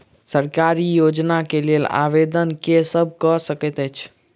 सरकारी योजना केँ लेल आवेदन केँ सब कऽ सकैत अछि?